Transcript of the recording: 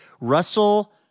Russell